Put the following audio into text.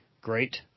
great